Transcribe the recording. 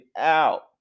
out